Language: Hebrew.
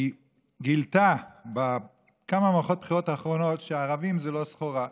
היא גילתה בכמה מערכות הבחירות האחרונות שהערבים זה לא סחורה,